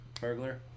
Burglar